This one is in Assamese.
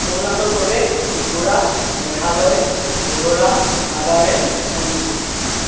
অৰুণাচল প্ৰদেশ ত্ৰিপুৰা মেঘালয় মিজোৰাম নাগালেণ্ড মণিপুৰ